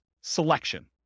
selection